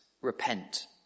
repent